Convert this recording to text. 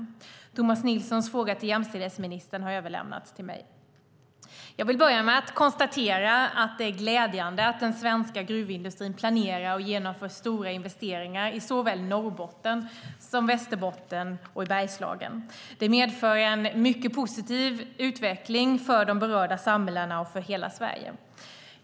Tomas Nilssons fråga till jämställdhetsministern har överlämnats till mig. Jag vill börja med att konstatera att det är glädjande att den svenska gruvindustrin planerar och genomför stora investeringar i såväl Norrbotten som Västerbotten och Bergslagen. Det medför en mycket positiv utveckling för de berörda samhällena och för hela Sverige.